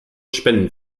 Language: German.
spenden